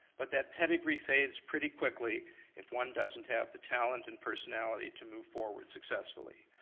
but that pedigree fades pretty quickly if one doesn't have the talent and personality to move forward successfully.